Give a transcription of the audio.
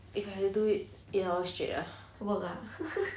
if you have to do it eight hours straight ah